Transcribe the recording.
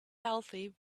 healthy